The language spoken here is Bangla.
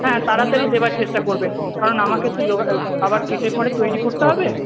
হ্যাঁ তাড়াতাড়ি দেবার চেষ্টা করবেন কারণ আমাকে তো জোগাড় আবার কেটে পরে তৈরি করতে হবে